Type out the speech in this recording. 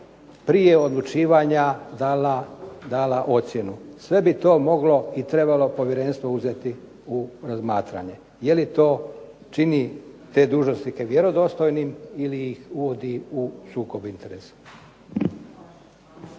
prije odlučivanja dala ocjenu. Sve ti moglo i trebalo Povjerenstvo uzeti u razmatranje. Je li to čini te dužnosnike vjerodostojnim ili ih uvodi u sukob interesa?